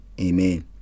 amen